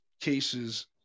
cases